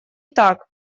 так